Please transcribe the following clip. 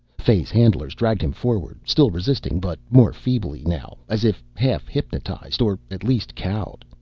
fay's handlers dragged him forward, still resisting but more feebly now, as if half-hypnotized or at least cowed.